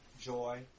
joy